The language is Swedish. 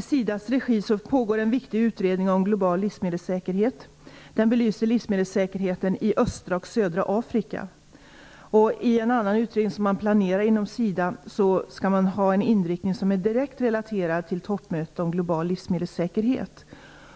I SIDA:s regi pågår en viktig utredning om global livsmedelssäkerhet. Den belyser livsmedelssäkerheten i östra och södra Afrika. I en annan utredning som planeras inom SIDA skall man ha en inriktning som är direkt relaterad till toppmötet om global livsmedelssäkerhet.